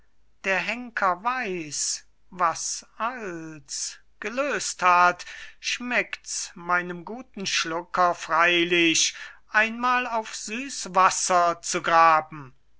der henker weiß was als gelöst hat schmeckt's meinem guten schlucker freilich einmal auf süß wasser zu graben